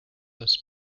his